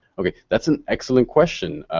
ok, that's an excellent question.